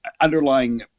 underlying